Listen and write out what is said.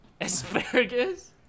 Asparagus